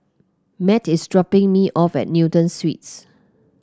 Matt is dropping me off at Newton Suites